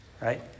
Right